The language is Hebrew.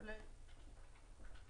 כולל עוד.